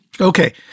Okay